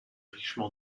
richement